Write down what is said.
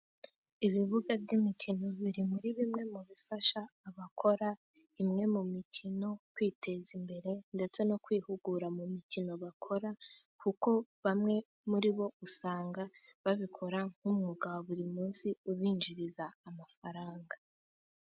Ibibuga by'imikino biri muri bimwe mu bifasha abakora imwe mu mikino kwiteza imbere. Ndetse no kwihugura mu mikino bakora, kuko bamwe muri bo usanga babikora nk'umwuga wa buri munsi ubinjiriza amafaranga.